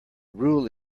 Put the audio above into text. rule